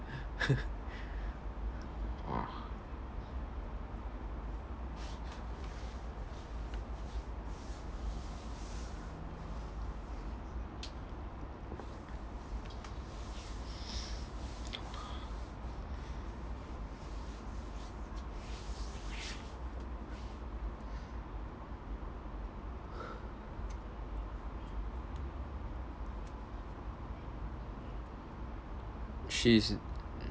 ugh she's